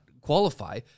qualify